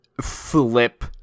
flip